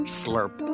slurp